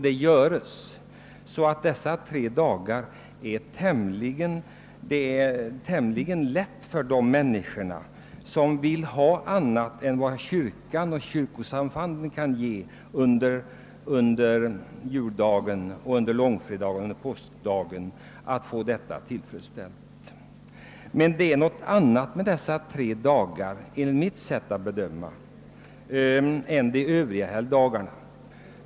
Det är alltså tämligen lätt för de människor som vill ha annat än vad kyrkan och kyrkosamfunden kan ge under juldagen, långfredagen och påskdagen att få detta önskemål tillgodosett. Men det är någonting annat med dessa tre dagar, enligt mitt sätt att bedöma, än med övriga helgdagar.